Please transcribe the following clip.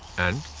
and?